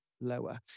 lower